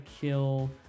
kill